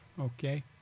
Okay